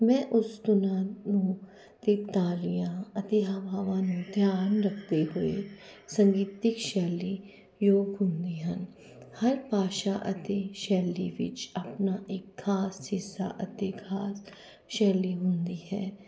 ਮੈਂ ਉਸ ਤਾਲੀਆਂ ਅਤੇ ਹਵਾਵਾਂ ਨੂੰ ਧਿਆਨ ਰੱਖਦੇ ਹੋਏ ਸੰਗੀਤਿਕ ਸ਼ੈਲੀ ਦੀ ਯੋਗ ਹੁੰਦੀ ਹਨ ਹਰ ਭਾਸ਼ਾ ਅਤੇ ਸ਼ੈਲੀ ਵਿੱਚ ਆਪਣਾ ਇੱਕ ਖਾਸ ਹਿੱਸਾ ਅਤੇ ਖਾਸ ਸ਼ੈਲੀ ਹੁੰਦੀ ਹੈ